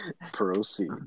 Proceed